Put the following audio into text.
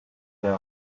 their